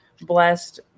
blessed